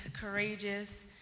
courageous